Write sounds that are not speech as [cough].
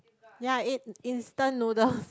ya I ate instant noodle [laughs]